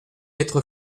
être